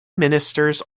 ministers